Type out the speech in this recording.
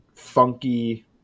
funky